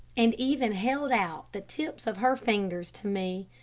and even held out the tips of her fingers to me.